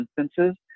instances